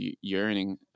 yearning